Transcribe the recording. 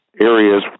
areas